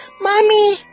mommy